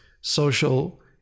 social